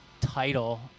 title